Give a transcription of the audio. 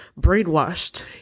Brainwashed